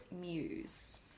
Muse